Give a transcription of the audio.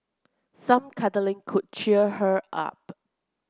some cuddling could cheer her up